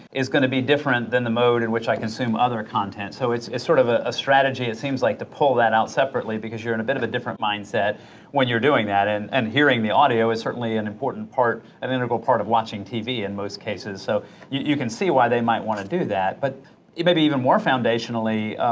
is gonna be different than the mode in which i consume other content. so it's sort of ah a strategy it seems like to pull that out separately, because you're in a bit of a different mindset when you're doing that, and and hearing the audio is certainly an important part, an integral part of watching tv in most cases, so you can see why they might want to do that. but maybe even more foundationally,